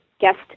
guest